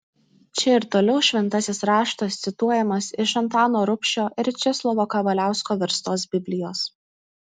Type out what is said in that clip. čia ir toliau šventasis raštas cituojamas iš antano rubšio ir česlovo kavaliausko verstos biblijos